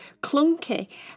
clunky